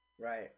Right